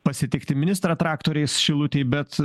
pasitikti ministrą traktoriais šilutėj bet